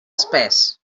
espés